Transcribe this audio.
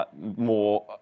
More